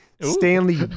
Stanley